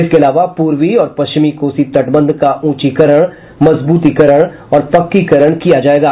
इसके अलावा पूर्वी और पश्चिमी कोसी तटबंध का ऊंचीकरण मजबूतीकरण और पक्कीकरण किया जायेगा